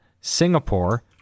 Singapore